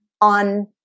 on